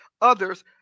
others